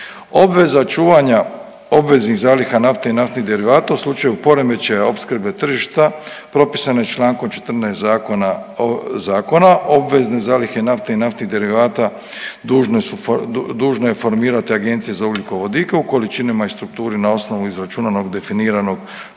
Obveza čuvanja obveznih zaliha nafte i naftnih derivata u slučaju poremećaja opskrbe tržišta propisana je Člankom 14. zakona, zakona. Obvezne zalihe nafte i naftnih derivata dužne su, dužna je formirati Agencija za ugljikovodike u količinama i strukturi na osnovu izračunanog definiranog